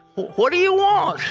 what do you want?